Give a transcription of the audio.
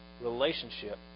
relationship